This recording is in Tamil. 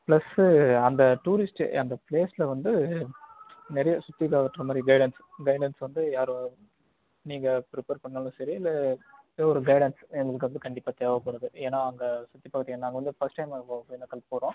ப்ளஸ்ஸு அந்த டூரிஸ்ட்டு அந்த ப்ளேஸில் வந்து நிறைய சுற்றி காட்றமாதிரி கைடன்ஸ் கைடன்ஸ் வந்து யார் நீங்கள் ப்ரிப்பர் பண்ணாலும் சரி இல்லை டூர் கைடன்ஸ் எங்களுக்கு வந்து கண்டிப்பாக தேவைப்படுது ஏன்னா அங்கே சுற்றி பார்க்குறத்துக்கு நாங்கள் வந்து ஃபர்ஸ்ட் டைம் நாங்கள் ஒகேனக்கல் போகறோம்